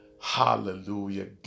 Hallelujah